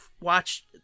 watch